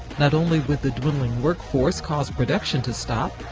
not only with the dwindling workforce causing production to stop,